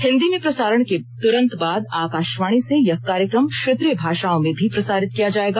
हिन्दी में प्रसारण के तुरंत बाद आकाशवाणी से यह कार्यक्रम क्षेत्रीय भाषाओं में भी प्रसारित किया जाएगा